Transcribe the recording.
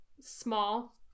small